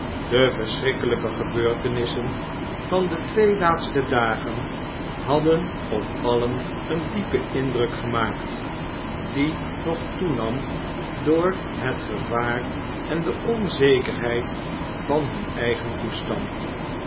de verschrikkelijke gebeurtenissen van de twee laatste dagen hadden op allen een diepen indruk gemaakt die nog toenam door het gevaar en de onzekerheid van hun eigen toestand